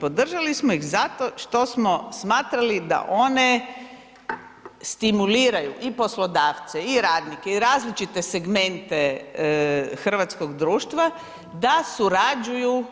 Podržali smo ih zato što smo smatrali da one stimuliraju i poslodavce i radnike i različite segmente hrvatskog društva da surađuju